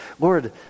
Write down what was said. Lord